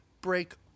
break